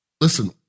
listen